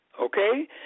okay